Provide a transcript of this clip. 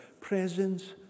Presence